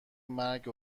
مرگ